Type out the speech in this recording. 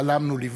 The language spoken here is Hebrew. שחלמנו לבנות.